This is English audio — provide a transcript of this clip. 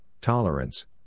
tolerance